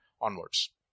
onwards